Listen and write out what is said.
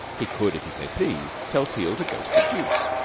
he could, if he so pleased, tell teal to go to the deuce.